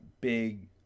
Big